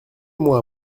moi